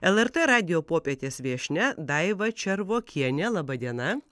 lrt radijo popietės viešnia daiva červokienė laba diena